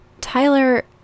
Tyler